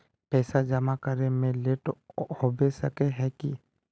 पैसा जमा करे में लेट होबे सके है की?